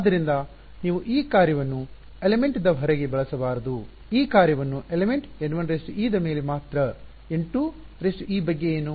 ಆದ್ದರಿಂದ ನೀವು ಈ ಕಾರ್ಯವನ್ನು ಅಂಶಎಲಿಮೆಂಟ್ ದ ಹೊರಗೆ ಬಳಸಬಾರದು ಈ ಕಾರ್ಯವನ್ನು ಅಂಶಎಲಿಮೆಂಟ್ N1e ದ ಮೇಲೆ ಮಾತ್ರ N2e ಬಗ್ಗೆ ಏನು